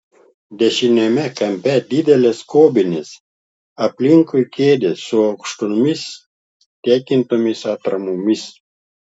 dešiniame kampe didelės skobnys aplinkui kėdės su aukštomis tekintomis atramomis